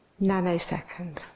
nanosecond